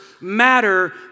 matter